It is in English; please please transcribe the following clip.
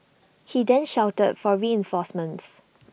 he then shouted for reinforcements